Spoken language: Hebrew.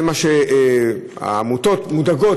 מזה העמותות מודאגות.